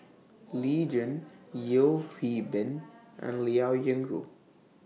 Lee Tjin Yeo Hwee Bin and Liao Yingru